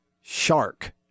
Shark